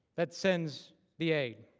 that sends the aid.